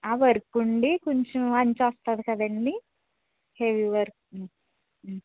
ఆ వర్క్ ఉండి కొంచెం అంచు వస్తుంది కదండీ హెవీ వర్కు ఆ ఆ